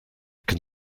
can